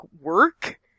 work